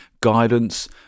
guidance